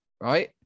right